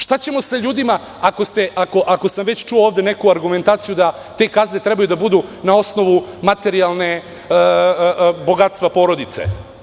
Šta ćemo sa ljudima, ako sam već čuo ovde neku argumentaciju da te kazne treba da budu na osnovu materijalnog bogatstva porodice.